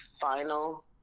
final